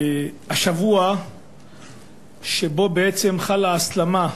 השבוע שבו בעצם חלה ההסלמה,